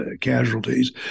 casualties